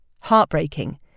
heartbreaking